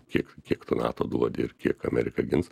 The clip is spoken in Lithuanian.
kiek kiek tu nato duodi ir kiek amerika gins